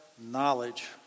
knowledge